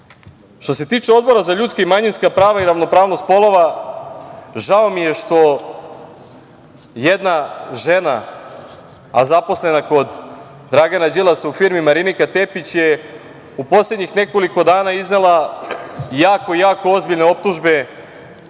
DS.Što se tiče Odbora za ljudska i manjinska prava i ravnopravnost polova, žao mi je što jedna žena, a zaposlena kod Dragana Đilasa u firmi, Marinika Tepić je u poslednjih nekoliko dana iznela jako ozbiljne optužbe